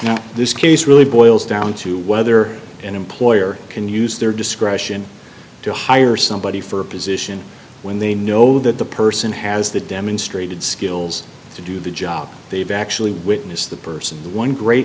now this case really boils down to whether an employer can use their discretion to hire somebody for a position when they know that the person has the demonstrated skills to do the job they've actually witnessed the person the one great